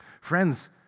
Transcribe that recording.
Friends